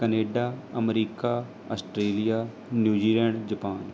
Canada America Australia New Zealand Japan